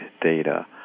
data